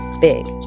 big